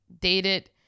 dated